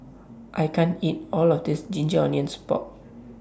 I can't eat All of This Ginger Onions Pork